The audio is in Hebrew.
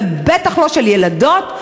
ובטח לא של ילדות,